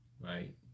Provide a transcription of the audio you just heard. right